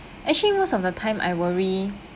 actually most of the time I worry